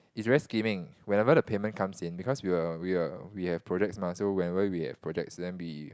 is very skimming whenever the payment comes in because we will we will we have projects mah whenever we have projects then we